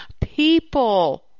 people